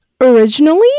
Originally